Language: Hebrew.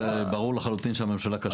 שברור לחלוטין שהממשלה כשלה?